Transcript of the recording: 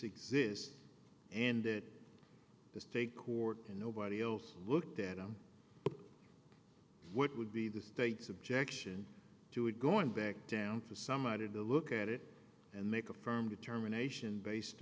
exist and it is state court and nobody else looked at him what would be the state's objection to it going back down for somebody to look at it and make a firm determination based